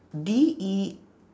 D E